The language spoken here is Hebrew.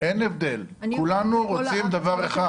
אין הבדל, כולנו רוצים דבר אחד.